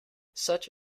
such